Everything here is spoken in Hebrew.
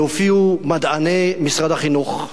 והופיעו מדעני משרד החינוך,